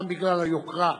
גם בגלל היוקרה,